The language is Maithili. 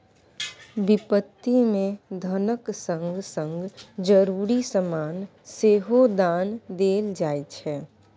बिपत्ति मे धनक संग संग जरुरी समान सेहो दान देल जाइ छै